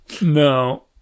No